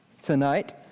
tonight